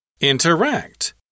interact